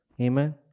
Amen